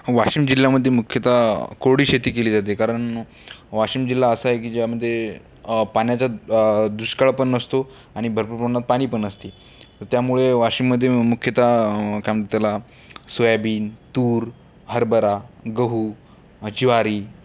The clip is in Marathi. वाशीम जिल्ह्यामध्ये मुख्यतः कोरडी शेती केली जाते कारण वाशीम जिल्हा असा आहे की ज्यामध्ये पाण्याचा दुष्काळ पण नसतो आणि भरपूर प्रमाणात पाणी पण नसते तर त्यामुळे वाशीममध्ये मुख्यतः काय म्हणतात त्याला सोयाबीन तूर हरबरा गहू ज्वारी